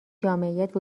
جامعیت